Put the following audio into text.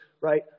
right